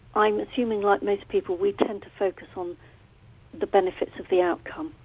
i'm assuming, like most people we tend to focus on the benefits of the outcome,